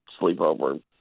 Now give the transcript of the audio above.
sleepover